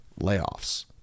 layoffs